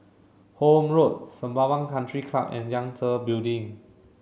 Horne Road Sembawang Country Club and Yangtze Building